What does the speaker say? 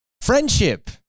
friendship